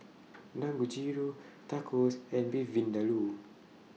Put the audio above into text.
Dangojiru Tacos and Beef Vindaloo